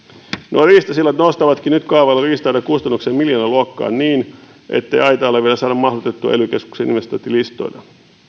nuo riistasillat nostavatkin nyt kaavaillun riista aidan kustannukset miljoonaluokkaan niin ettei aitaa ole vielä saatu mahdutettua ely keskuksen investointilistoille